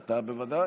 אתה בוודאי.